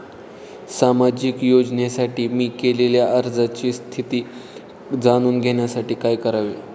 सामाजिक योजनेसाठी मी केलेल्या अर्जाची स्थिती जाणून घेण्यासाठी काय करावे?